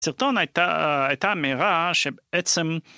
הסרטון הייתה, הייתה אמירה שבעצם